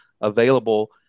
available